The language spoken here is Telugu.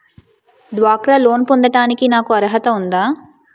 డ్వాక్రా లోన్ పొందటానికి నాకు అర్హత ఉందా?